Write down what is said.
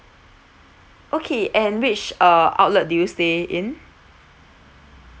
okay and which uh outlet did you stay in